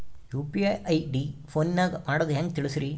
UPI ID ಫೋನಿನಾಗ ಮಾಡೋದು ಹೆಂಗ ತಿಳಿಸ್ರಿ?